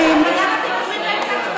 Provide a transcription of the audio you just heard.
חברים, אבל למה אתם מפריעים לה בהצבעה?